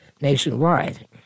nationwide